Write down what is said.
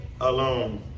alone